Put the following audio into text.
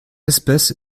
espèce